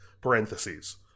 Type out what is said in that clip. parentheses